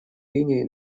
линией